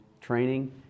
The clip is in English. training